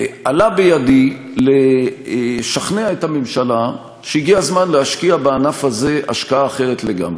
עלה בידי לשכנע את הממשלה שהגיע הזמן להשקיע בענף הזה השקעה אחרת לגמרי.